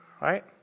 Right